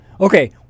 okay